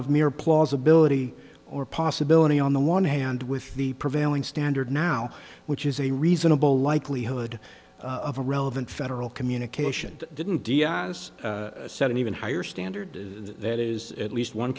of mere plausibility or possibility on the one hand with the prevailing standard now which is a reasonable likelihood of a relevant federal communication didn't d i s set an even higher standard that is at least one